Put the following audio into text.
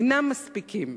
אינם מספיקים,